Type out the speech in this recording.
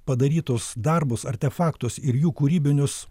padarytus darbus artefaktus ir jų kūrybinius